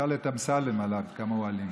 תשאל את אמסלם עליו, כמה הוא אלים.